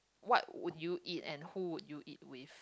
what would you eat and who would you eat with